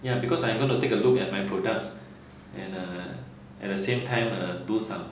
ya because I'm gonna take a look at my products and uh at the same time uh do some